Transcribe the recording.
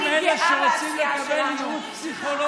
מה עם אלה שרוצים לקבל ייעוץ פסיכולוגי?